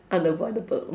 unavoidable